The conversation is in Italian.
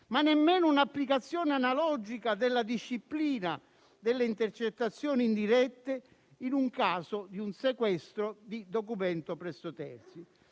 e nemmeno un'applicazione analogica della disciplina delle intercettazioni indirette nel caso di un sequestro di documento presso terzi.